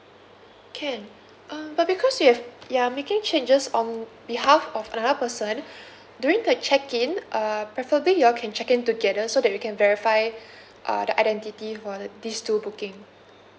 can uh but because you have you are making changes on behalf of another person during the check in uh preferably you all can check in together so that we can verify uh the identity for the these two booking